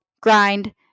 grind